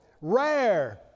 rare